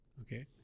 okay